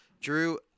Drew